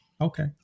Okay